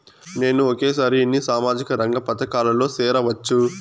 నేను ఒకేసారి ఎన్ని సామాజిక రంగ పథకాలలో సేరవచ్చు?